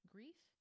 Grief